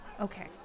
Okay